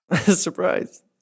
Surprise